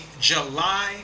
July